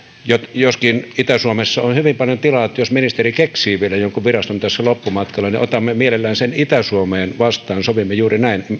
joskin itä suomessa on hyvin paljon tilaa niin että jos ministeri keksii vielä jonkun viraston tässä loppumatkalla niin otamme mielellämme sen itä suomeen vastaan sovimme juuri näin